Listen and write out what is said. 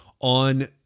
on